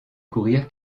courir